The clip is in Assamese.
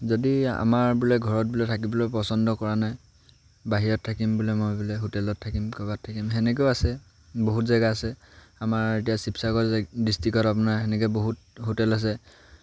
যদি আমাৰ বোলে ঘৰত বোলে থাকিবলৈ পচন্দ কৰা নাই বাহিৰত থাকিম বোলে মই বোলে হোটেলত থাকিম ক'ৰবাত থাকিম সেনেকৈও আছে বহুত জেগা আছে আমাৰ এতিয়া শিৱসাগৰ ডিষ্ট্ৰিকত আপোনাৰ সেনেকৈ বহুত হোটেল আছে